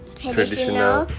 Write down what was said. traditional